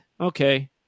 Okay